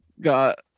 got